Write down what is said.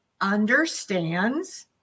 understands